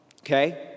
okay